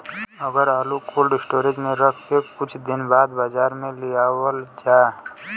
अगर आलू cold storage में रख के कुछ दिन बाद बाजार में लियावल जा?